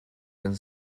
kan